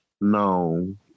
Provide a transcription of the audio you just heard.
No